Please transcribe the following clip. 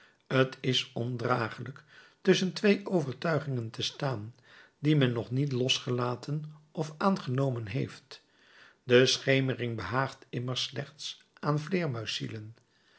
t is ondragelijk tusschen twee overtuigingen te staan die men nog niet losgelaten of aangenomen heeft de schemering behaagt immers slechts aan vleêrmuiszielen